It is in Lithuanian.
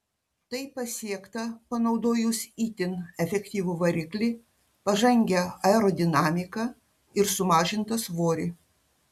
tai pasiekta panaudojus itin efektyvų variklį pažangią aerodinamiką ir sumažintą svorį